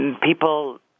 People